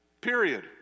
Period